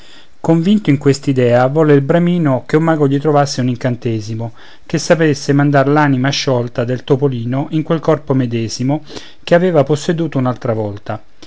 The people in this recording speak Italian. convinto in quest'idea volle il bramino che un mago gli trovasse un incantesimo che sapesse mandar l'anima sciolta del topolino in quel corpo medesimo che aveva posseduto un'altra volta